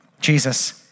Jesus